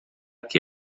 che